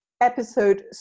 episode